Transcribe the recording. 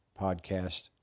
podcast